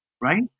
right